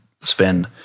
spend –